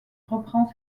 reprend